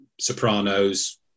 Sopranos